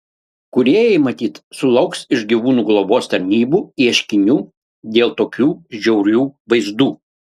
kūrėjai matyt sulauks iš gyvūnų globos tarnybų ieškinių dėl tokių žiaurių vaizdų